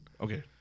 okay